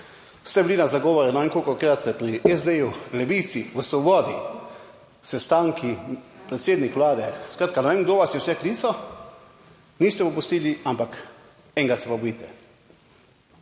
Ste bili na zagovoru ne vem kolikokrat, pri SD-ju, Levici, v Svobodi, sestanki, predsednik Vlade, skratka, ne vem kdo vas je vse klical, niste popustili, ampak enega se bojite.